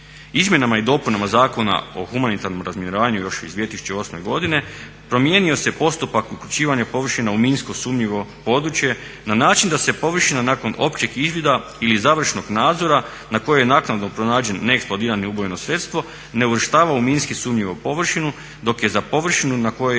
Izmjenama i dopunama Zakona o humanitarnom razminiravanju još iz 2008.godine promijenio se postupak uključivanja površina u minsko sumnjivo područje na način da se površina nakon općeg izvida ili završnog nadzora na koju je naknadno pronađen neeksplodirano ubojito sredstvo ne uvrštava u minski sumnjivu površinu dok je za površinu na kojoj